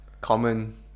common